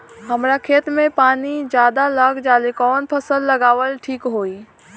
हमरा खेत में पानी ज्यादा लग जाले कवन फसल लगावल ठीक होई?